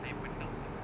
I menang something